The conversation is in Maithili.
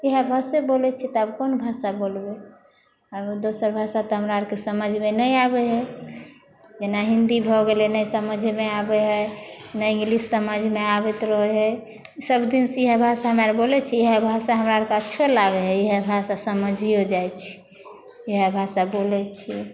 इहे भाषे बोलै छिए तऽ आब कोन भाषा बोलबै आब दोसर भाषा तऽ हमरा आरके समझमे नहि आबै हइ जेना हिन्दी भऽ गेलै नहि समझमे आबै हइ नहि इन्गलिश समझमे आबैत रहै हइ सभदिनसे इहे भाषा हम आर बोलै छी इहे भाषा हमरा आरके अच्छो लागै हइ इहे भाषा समझिओ जाइ छी इहे भाषा बोलै छिए